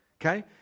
Okay